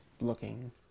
looking